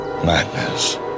madness